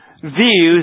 Views